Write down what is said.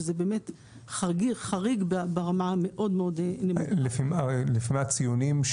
שזה באמת חריג ברמה מאוד-מאוד --- לפי מה הציונים,